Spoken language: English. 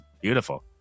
beautiful